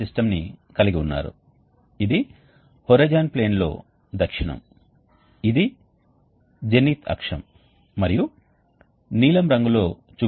కాబట్టి చల్లని ప్రవాహం మొదటి బెడ్ గుండా వెళుతున్నప్పుడు చల్లని ప్రవాహం ద్వారా వేడిని సంగ్రహిస్తారు కానీ ఆ సమయంలో రెండవ బెడ్ వేడి చేయబడుతోంది మరియు అంటే అది ప్రక్రియలో సిద్ధంగా ఉంది